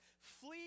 flee